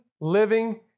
living